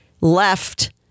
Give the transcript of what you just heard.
left